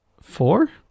Four